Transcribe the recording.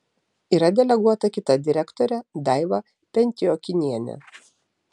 yra deleguota kita direktorė daiva pentiokinienė